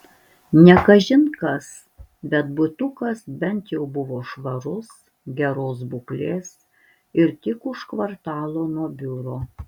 ne kažin kas bet butukas bent jau buvo švarus geros būklės ir tik už kvartalo nuo biuro